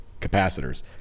capacitors